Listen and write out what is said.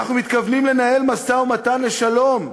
אנחנו מתכוונים לנהל משא-ומתן לשלום,